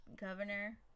governor